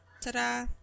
Ta-da